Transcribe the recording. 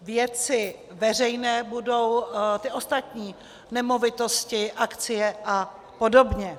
Věci veřejné budou ty ostatní nemovitosti, akcie a podobně.